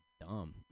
dumb